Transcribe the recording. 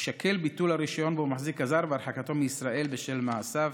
יישקלו ביטול הרישיון שבו מחזיק הזר והרחקתו מישראל בשל מעשיו.